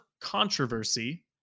controversy